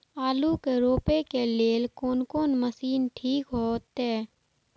आलू के रोपे के लेल कोन कोन मशीन ठीक होते?